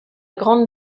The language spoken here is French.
grande